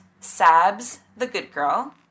sabsthegoodgirl